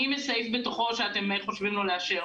אם יש סעיף בתוכה שאתם חושבים לא לאשר